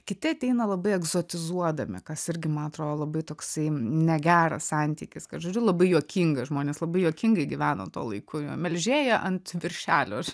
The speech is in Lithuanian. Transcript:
kiti ateina labai egzotizuodami kas irgi ma atro labai toksai negeras santykis kad žodžiu labai juokinga žmonės labai juokingai gyveno tuo laiku melžėja ant viršelio